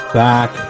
back